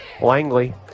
Langley